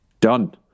Done